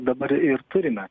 dabar ir turime